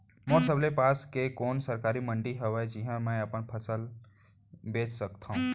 मोर सबले पास के कोन सरकारी मंडी हावे जिहां मैं अपन फसल बेच सकथव?